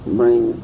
bring